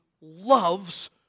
loves